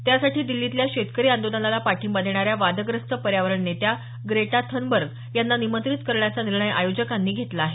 त्यासाठी दिल्लीतल्या शेतकरी आंदोलनाला पाठिंबा देणाऱ्या वादग्रस्त पर्यावरण नेत्या ग्रेटा थनबर्ग यांना निमंत्रित करण्याचा निर्णय आयोजकांनी घेतला आहे